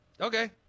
Okay